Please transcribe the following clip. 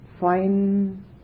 fine